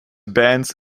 bands